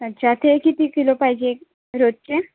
अच्छा ते किती किलो पाहिजे रोजचे